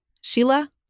Sheila